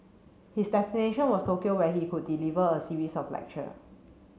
his destination was Tokyo where he could deliver a series of lecture